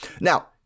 Now